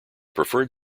preferred